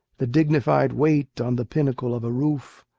the dignified wait on the pinnacle of a roof,